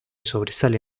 sobresale